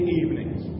evenings